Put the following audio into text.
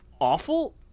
awful